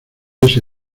ese